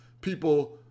People